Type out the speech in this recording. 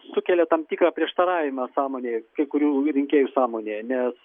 sukelia tam tikrą prieštaravimą sąmonėje kai kurių rinkėjų sąmonėje nes